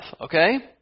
okay